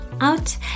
out